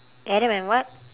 adam and what